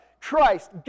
Christ